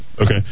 Okay